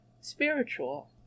spiritual